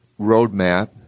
roadmap